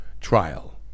trial